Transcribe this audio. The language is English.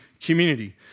community